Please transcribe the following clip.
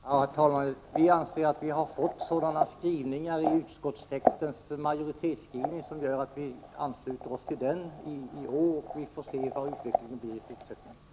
Herr talman! Vi anser att utskottsmajoritetens skrivning i år är sådan att vi kan ansluta oss till den. Vi får se hur utvecklingen blir i fortsättningen.